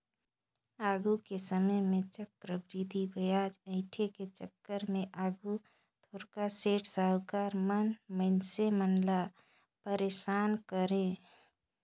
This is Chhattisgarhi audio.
आघु के समे में चक्रबृद्धि बियाज अंइठे के चक्कर में आघु थारोक सेठ, साहुकार मन मइनसे मन ल पइरसान करें